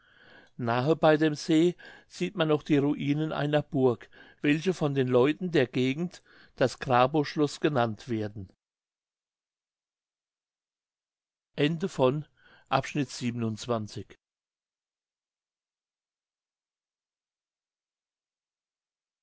nahe bei dem see sieht man noch die ruinen einer burg welche von den leuten der gegend das grabow schloß genannt werden